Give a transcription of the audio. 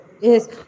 yes